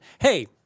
Hey